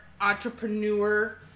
entrepreneur-